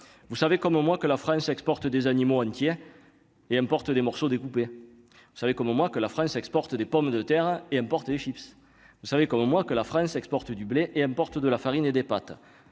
vous savez comme moi que la France exporte des animaux entiers et des morceaux découpés, vous savez comme moi que la France exporte des pommes de terre et emportée Chips vous savez comme moi que la France exporte du blé et un porte de la farine et des pâtes,